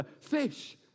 fish